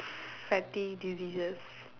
fatty diseases